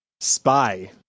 spy